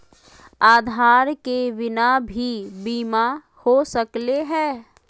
आधार के बिना भी बीमा हो सकले है?